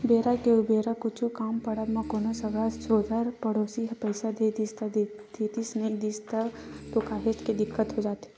बेरा के उबेरा कुछु काम पड़ब म कोनो संगा सोदर पड़ोसी ह पइसा दे दिस त देदिस नइ दिस तब तो काहेच के दिक्कत हो जाथे